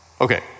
Okay